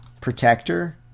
Protector